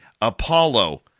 Apollo